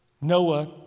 Noah